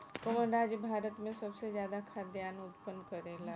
कवन राज्य भारत में सबसे ज्यादा खाद्यान उत्पन्न करेला?